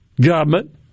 Government